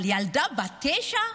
אבל ילדה בת תשע?